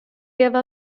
give